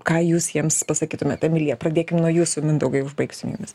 ką jūs jiems pasakytumėt emilija pradėkim nuo jūsų mindaugai užbaigsim jumis